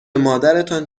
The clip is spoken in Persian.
مادرتان